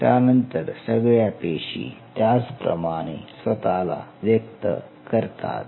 त्यानंतर सगळ्या पेशी त्याचप्रमाणे स्वतःला व्यक्त करतात